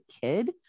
kid